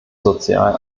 sozial